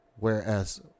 Whereas